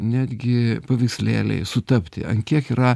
netgi paveikslėliai sutapti an kiek yra